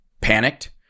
panicked